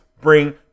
bring